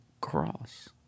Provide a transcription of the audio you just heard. cross